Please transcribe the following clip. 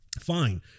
fine